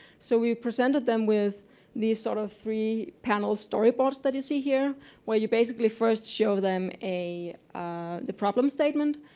so we presented them with these sort of three panel story boxes that you see here where you basically first show them ah the problem statement,